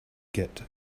get